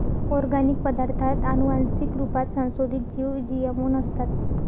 organic पदार्ताथ आनुवान्सिक रुपात संसोधीत जीव जी.एम.ओ नसतात